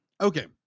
okay